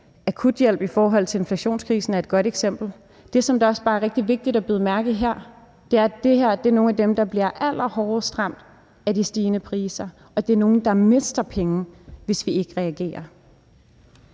akuthjælp i forhold til inflationskrisen er et godt eksempel. Det, som også bare er rigtig vigtigt at bide mærke i her, er, at det her er nogle af dem, der bliver allerhårdest ramt af de stigende priser, og det er nogle, der mister penge, hvis vi ikke reagerer.